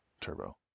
Turbo